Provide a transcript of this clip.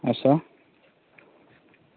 अच्छा